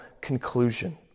conclusion